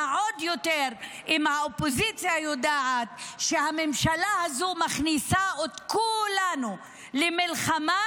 ועוד יותר אם האופוזיציה יודעת שהממשלה הזאת מכניסה את כולנו למלחמה